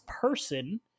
person